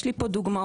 יש לי פה דוגמאות